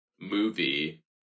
movie